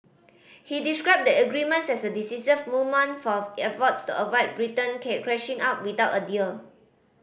he described the agreements as a decisive moment for efforts to avoid Britain crashing out without a deal